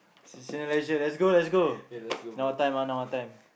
Cineleisure let's go let's go now what time ah now what ime